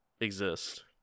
exist